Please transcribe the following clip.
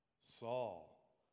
Saul